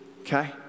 Okay